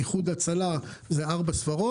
גם לאיחוד הצלה יש ארבע ספרות.